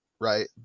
right